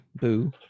Boo